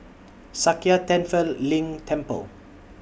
Sakya Tenphel Ling Temple